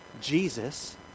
Jesus